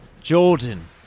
Jordan